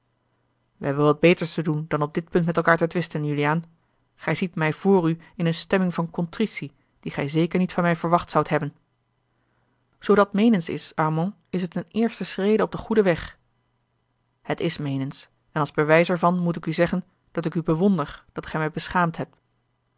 wij hebben wat beters te doen dan op dit punt met elkaâr te twisten juliaan gij ziet mij voor u in eene stemming van contritie die gij zeker niet van mij verwacht zoudt hebben zoo dat meenens is armand is het eene eerste schrede op den goeden weg het is meenens en als bewijs er van moet ik u zeggen dat ik u bewonder dat gij mij beschaamd hebt